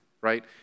right